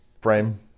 frame